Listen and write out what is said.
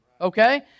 Okay